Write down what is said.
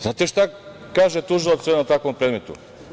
Znate šta kaže tužilac o jednom takvom predmetu?